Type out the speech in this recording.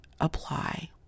apply